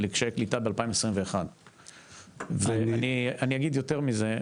לקשיי קליטה ב-2021 ואני אגיד יותר מזה,